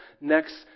next